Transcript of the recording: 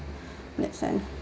in that sense